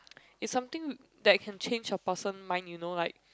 it's something that can change a person mind you know like